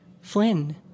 Flynn